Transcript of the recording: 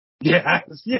Yes